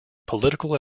political